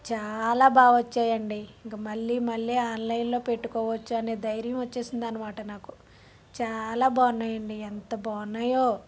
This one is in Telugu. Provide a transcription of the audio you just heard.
చాలా బాగా వచ్చాయండి ఇంక మళ్ళి మళ్ళి ఆన్లైన్లో పెట్టుకోవచ్చు అనే ధైర్యం వచ్చేసింది అనమాట నాకు చాలా బావున్నాయి అండి ఎంత బాగున్నాయో